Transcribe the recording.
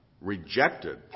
rejected